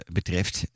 betreft